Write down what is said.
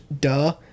duh